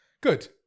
Good